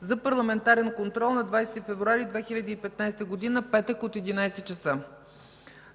за парламентарен контрол на 20 февруари 2015 г., петък, от 11,00 ч.